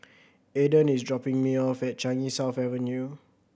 Aydan is dropping me off at Changi South Avenue